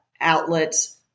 outlets